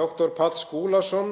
Dr. Páll Skúlason